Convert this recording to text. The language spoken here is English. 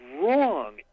wrong